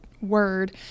word